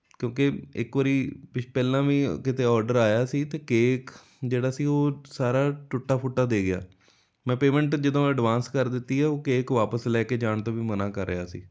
ਕਿਉਂਕਿ ਇੱਕ ਵਾਰੀ ਪਿ ਪਹਿਲਾਂ ਵੀ ਕਿਤੇ ਔਡਰ ਆਇਆ ਸੀ ਅਤੇ ਕੇਕ ਜਿਹੜਾ ਸੀ ਉਹ ਸਾਰਾ ਟੁੱਟਾ ਫੁੱਟਾ ਦੇ ਗਿਆ ਮੈਂ ਪੇਮੈਂਟ ਜਦੋਂ ਐਡਵਾਂਸ ਕਰ ਦਿੱਤੀ ਆ ਉਹ ਕੇਕ ਵਾਪਸ ਲੈ ਕੇ ਜਾਣ ਤੋਂ ਵੀ ਮਨ੍ਹਾ ਕਰ ਰਿਹਾ ਸੀ